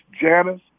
Janice